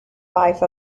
life